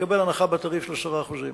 יקבל הנחה של 10% בתעריף.